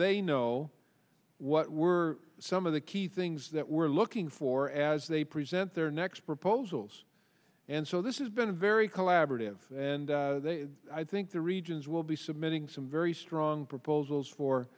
they know what were some of the key things that we're looking for as they present their next proposals and so this is been a very collaborative and i think the regions will be submitting some very strong proposals for